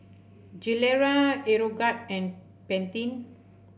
Gilera Aeroguard and Pantene